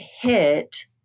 hit